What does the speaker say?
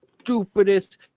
stupidest